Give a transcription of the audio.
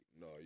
no